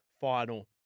final